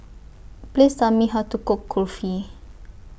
Please Tell Me How to Cook Kulfi